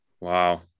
wow